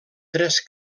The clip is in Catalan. tres